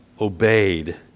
obeyed